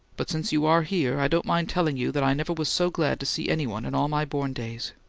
but since you are here, i don't mind telling you that i never was so glad to see any one in all my born days.